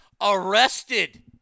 Arrested